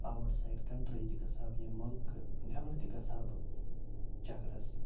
out side country تہِ گژھٕ ہہ بہٕ ییٚمہِ مُلکہٕ نٮ۪بر تہِ گژھٕ ہہ بہٕ چکرس